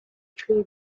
tree